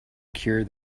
cure